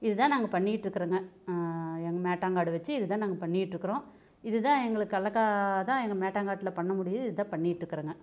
இது தான் நாங்கள் பண்ணிக்கிட்டு இருக்கிறங்க எங்கள் நாட்டாங்காடு வச்சு இதுதான் நாங்கள் பண்ணிக்கிட்டுருக்குறோம் இதுதான் எங்களுக்கு கல்லக்காய் தான் எங்கள் மேட்டாங்காட்டில் பண்ண முடியுது இதுதான் பண்ணிக்கிட்டுருக்குறங்க